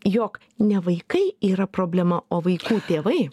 jog ne vaikai yra problema o vaikų tėvai